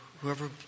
whoever